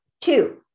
two